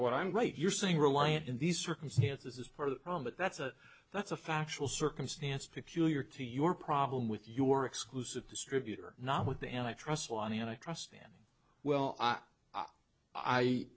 what i'm right you're saying reliant in these circumstances is part of the problem but that's a that's a factual circumstance peculiar to your problem with your exclusive distributor not with the antitrust law and i trust dan well i